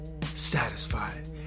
satisfied